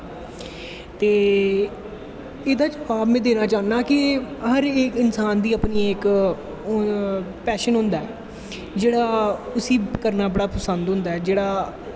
ते एह्दे में जबाव में देनां चाह्नां कि हर इक इंसान दा अपना इक पैशन होंदा ऐ जेह्ड़ा उसी करनां बड़ा पसंद होंदा ऐ जेह्ड़ा